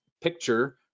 picture